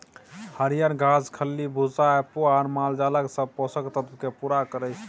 हरियर घास, खल्ली भुस्सा आ पुआर मालजालक सब पोषक तत्व केँ पुरा करय छै